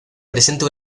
presenta